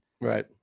Right